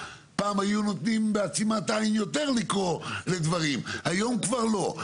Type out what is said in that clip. פעם היו נותנים בעצימת עין יותר לקרות לדברים היום כבר לא,